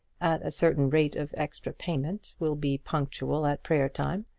at a certain rate of extra payment, will be punctual at prayer time,